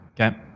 okay